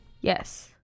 yes